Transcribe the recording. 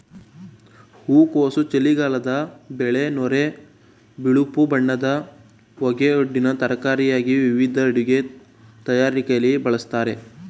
ಹೂಕೋಸು ಚಳಿಗಾಲದ ಬೆಳೆ ನೊರೆ ಬಿಳುಪು ಬಣ್ಣದ ಹೂಗೆಡ್ಡೆನ ತರಕಾರಿಯಾಗಿ ವಿವಿಧ ಅಡಿಗೆ ತಯಾರಿಕೆಲಿ ಬಳಸ್ತಾರೆ